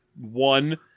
one